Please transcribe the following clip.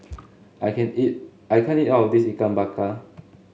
I can't eat I can't eat all of this Ikan Bakar